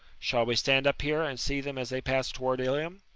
shall we stand up here and see them as they pass toward ilium?